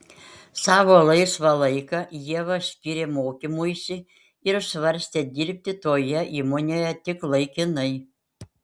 savo laisvą laiką ieva skyrė mokymuisi ir svarstė dirbti toje įmonėje tik laikinai